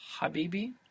Habibi